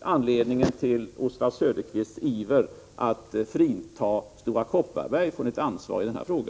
anledningen till Oswald Söderqvists iver att frita Stora Kopparberg från ett ansvar i denna fråga.